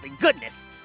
goodness